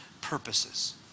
purposes